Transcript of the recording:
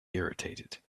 irritated